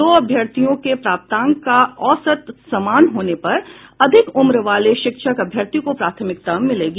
दो अभ्यर्थियों के प्राप्तांक का औसत समान होने पर अधिक उम्र वाले शिक्षक अभ्यर्थी को प्राथमिकता मिलेगी